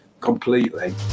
completely